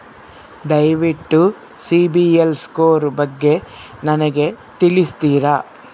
ದಯವಿಟ್ಟು ಸಿಬಿಲ್ ಸ್ಕೋರ್ ಬಗ್ಗೆ ನನಗೆ ತಿಳಿಸ್ತೀರಾ?